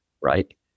right